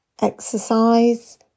exercise